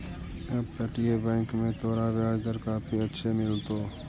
अपतटीय बैंक में तोरा ब्याज दर काफी अच्छे मिलतो